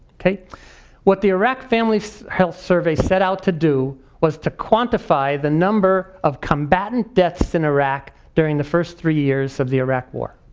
what the iraq family health survey set out to do was to quantify the number of combatant deaths in iraq during the first three years of the iraq war.